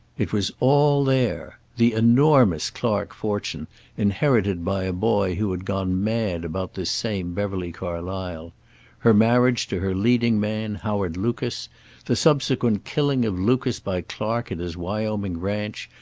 it was all there the enormous clark fortune inherited by a boy who had gone mad about this same beverly carlysle her marriage to her leading man, howard lucas the subsequent killing of lucas by clark at his wyoming ranch,